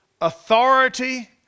authority